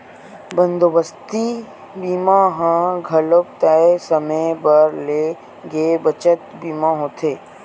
बंदोबस्ती बीमा ह घलोक तय समे बर ले गे बचत बीमा होथे